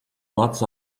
lots